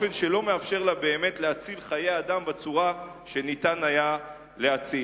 ולא מתאפשר לה באמת להציל חיי אדם בצורה שניתן היה להציל.